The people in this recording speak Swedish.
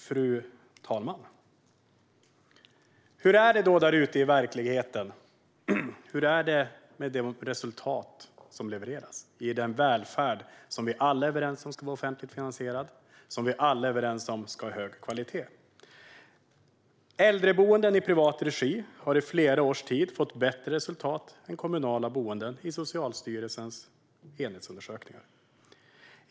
Fru talman! Hur är det då där ute i verkligheten? Hur är det med resultaten som levereras i den välfärd som vi alla är överens om ska vara offentligt finansierad och ha hög kvalitet? Äldreboenden i privat regi har i flera års tid fått bättre resultat än kommunala boenden i Socialstyrelsens enhetsundersökningar.